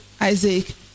Isaac